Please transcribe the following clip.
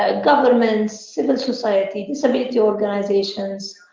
ah governments, civil society, disability organisations,